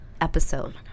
episode